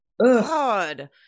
God